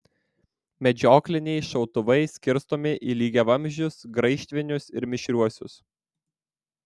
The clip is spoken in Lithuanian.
medžiokliniai šautuvai skirstomi į lygiavamzdžius graižtvinius ir mišriuosius